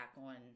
on